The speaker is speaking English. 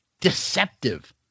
deceptive